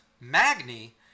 magni